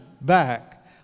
back